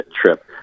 trip